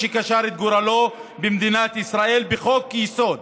שקשר את גורלו במדינת ישראל בחוק-יסוד,